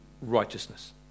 righteousness